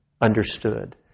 understood